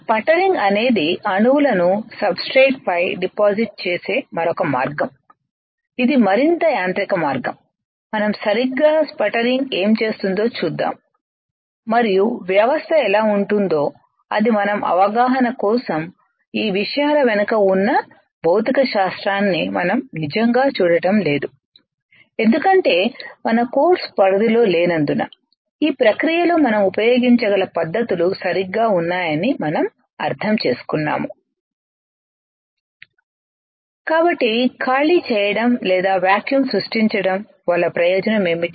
sputtering అనేది అణువులను substrate పై డిపాజిట్ చేసే మరొక మార్గం ఇది మరింత యాంత్రిక మార్గం మనం సరిగ్గా స్పటరింగ్ ఏమి చేస్తుందో చూద్దాం మరియు వ్యవస్థ ఎలా ఉంటుందో అది మనం అవగాహన కోసం ఈ విషయాల వెనుక ఉన్న భౌతిక శాస్త్రాన్ని మనం నిజంగా చూడటం లేదు ఎందుకంటే మన కోర్సు పరిధి లో లేనందున ఈ ప్రక్రియలో మనం ఉపయోగించగల పద్ధతులు సరిగ్గా ఉన్నాయని మనం అర్థం చేసుకున్నాము కాబట్టి ఖాళీ చేయడం లేదా వాక్యూము ను సృష్టించడం వల్ల ప్రయోజనం ఏమిటి